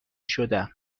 شدم